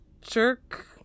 jerk